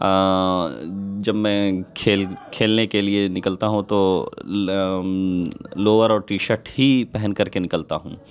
جب میں کھیل کھیلنے کے لیے نکلتا ہوں تو لور اور ٹی شرٹ ہی پہن کر کے نکلتا ہوں